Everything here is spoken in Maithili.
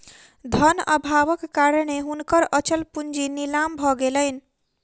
धन अभावक कारणेँ हुनकर अचल पूंजी नीलाम भ गेलैन